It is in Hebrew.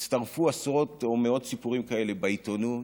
הצטרפו עשרות או מאות סיפורים כאלה בעיתונות.